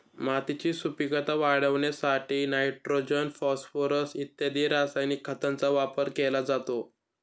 मातीची सुपीकता वाढवण्यासाठी नायट्रोजन, फॉस्फोरस इत्यादी रासायनिक खतांचा वापर केला जातो